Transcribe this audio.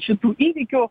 šitų įvykių